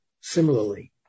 similarly